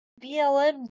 BLM